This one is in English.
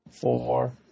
Four